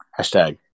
hashtag